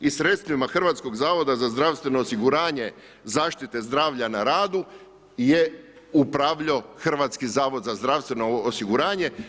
I sredstvima Hrvatskog zavoda za zdravstveno osiguranje zaštite zdravlja na radu je upravljao Hrvatski zavod za zdravstveno osiguranje.